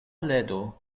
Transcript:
ledo